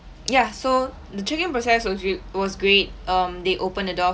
ya so the check in process was r~ was great um they open the door